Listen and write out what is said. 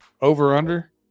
over-under